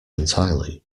entirely